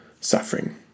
suffering